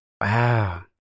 Wow